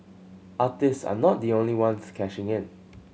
artist are not the only ones cashing in